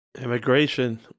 Immigration